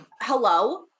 Hello